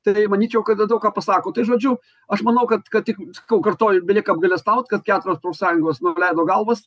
tai manyčiau kad daug ką pasako tai žodžiu aš manau kad kad tik sakau kartoju belieka apgailestaut kad keturios profsąjungos nuleido galvas